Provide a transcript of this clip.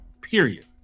Period